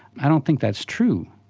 i don't think that's true.